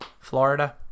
Florida